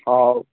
ହଉ